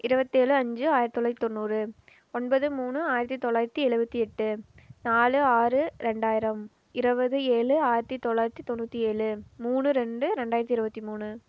இருபத்தேழு அஞ்சு ஆயிரத்து தொள்ளாயித்து தொண்ணூறு ஒன்பது மூணு ஆயிரத்து தொள்ளாயித்து எழுபத்தி எட்டு நாலு ஆறு ரெண்டாயிரம் இருவது ஏழு ஆயிரத்து தொள்ளாயிரத்து தொண்ணூற்றி ஏழு மூணு ரெண்டு ரெண்டாயிரத்து இருபத்தி மூணு